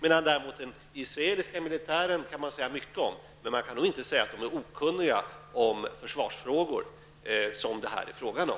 Om den israeliska militären kan man säga mycket, men man kan nog inte påstå att den är okunnig i försvarsfrågor, som det ju här rör sig om.